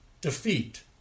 defeat